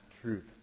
truth